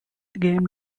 game